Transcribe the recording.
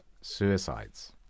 suicides